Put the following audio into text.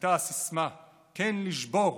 הייתה הסיסמה, "כן, לשבור",